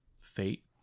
fate